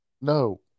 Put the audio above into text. no